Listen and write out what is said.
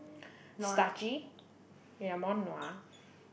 starchy yeah more nua